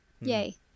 Yay